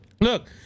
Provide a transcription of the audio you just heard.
look